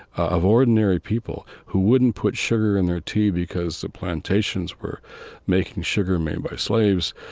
of ordinary people who wouldn't put sugar in their tea because the plantations were making sugar made by slaves,